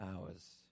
hours